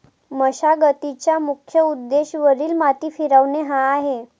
मशागतीचा मुख्य उद्देश वरील माती फिरवणे हा आहे